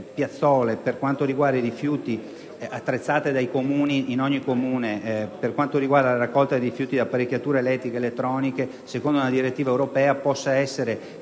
Grazie.